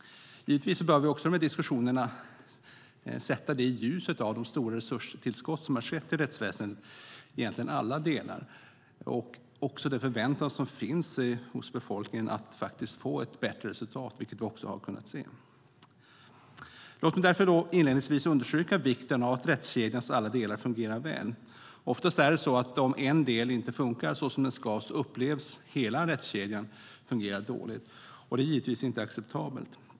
De här diskussionerna bör givetvis också ske i ljuset av de stora resurstillskott som har skett till rättsväsendets alla delar och den förväntan som finns hos befolkningen på att få ett bättre resultat, vilket vi också har kunnat se. Låt mig inledningsvis understryka vikten av att rättskedjans alla delar fungerar väl. Om en del inte fungerar som den ska upplevs ofta hela rättskedjan fungera dåligt. Det är givetvis inte acceptabelt.